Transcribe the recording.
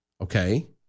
Okay